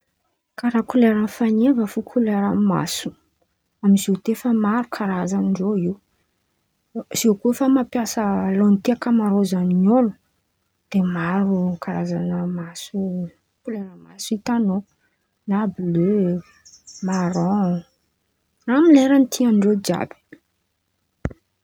karàha koleran̈y fan̈eva fo koleran̈y maso, amiziô ty efa maro karazan̈y reo io. Ziô koa efa mampiasa lantihy ankamarôzan̈y olo de maro irô karazan̈a maso, koleran̈y maso hitan̈ao na blé, maron, amy leran̈y tiandreo jiàby.